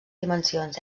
dimensions